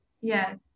Yes